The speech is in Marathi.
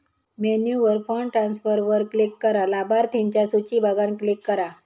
मेन्यूवर फंड ट्रांसफरवर क्लिक करा, लाभार्थिंच्या सुची बघान क्लिक करा